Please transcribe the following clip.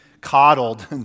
coddled